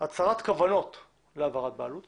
הצהרת כוונות להעברת בעלות